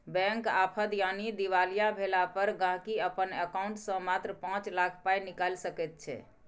bank आफद यानी दिवालिया भेला पर गांहिकी अपन एकांउंट सँ मात्र पाँच लाख पाइ निकालि सकैत छै